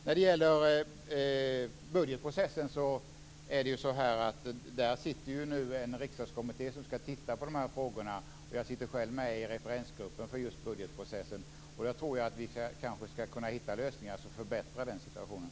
När det gäller budgetprocessen sitter nu en riksdagskommitté som skall titta på de frågorna. Jag sitter själv med i referensgruppen för just budgetprocessen. Jag tror att vi där skall kunna hitta lösningar som förbättrar den situationen.